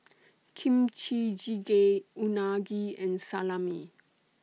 Kimchi Jjigae Unagi and Salami